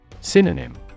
Synonym